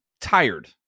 tired